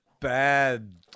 bad